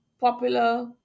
popular